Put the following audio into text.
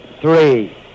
three